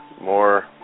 more